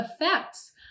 effects